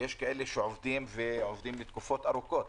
ויש כאלה שעובדים תקופות ארוכות.